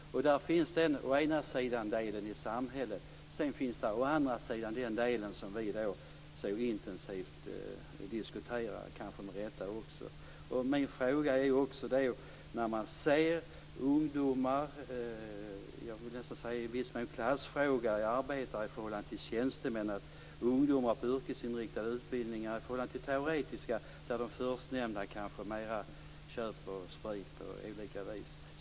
Där finns å ena sidan samhällsaspekten och å andra sidan den aspekt som vi så intensivt diskuterar, kanske också med rätta. Detta är i viss mån också en klassfråga. Det gäller arbetare i förhållande till tjänstemän och ungdomar på yrkesinriktade utbildningar i förhållande till ungdomar på teoretiska utbildningar. De förstnämnda köper kanske mera sprit på olika sätt.